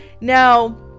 Now